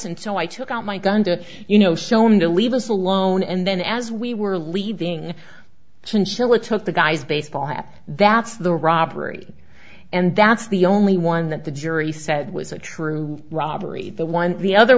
so i took out my gun to you know show him to leave us alone and then as we were leaving chinchilla took the guy's baseball hat that's the robbery and that's the only one that the jury said was a true robbery the one the other